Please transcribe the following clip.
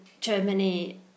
Germany